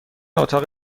اتاق